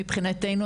מבחינתנו,